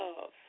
love